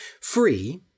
Free